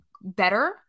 better